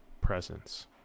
presence